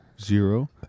zero